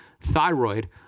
thyroid